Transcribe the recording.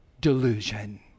Delusion